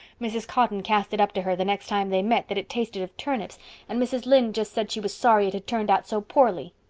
mrs. cotton cast it up to her the next time they met that it tasted of turnips and mrs. lynde just said she was sorry it had turned out so poorly.